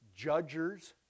judgers